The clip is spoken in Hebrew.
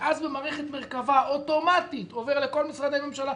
ואז במערכת מרכבה, אוטומטית עובר לכל משרדי ממשלה.